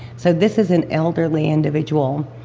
so, this is an elderly individual.